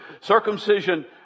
Circumcision